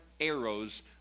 arrows